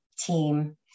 team